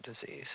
disease